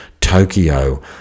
Tokyo